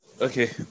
Okay